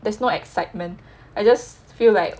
there's no excitement I just feel like